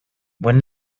when